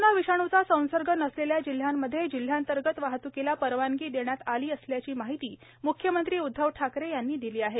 corona विषाणूचा संसर्ग नसलेल्या जिल्ह्यांमध्ये जिल्हांतर्गत वाहत्कीला परवानगी देण्यात आली असल्याची माहिती म्ख्यमंत्री उद्धव ठाकरे यांनी दिली आहे